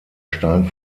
stein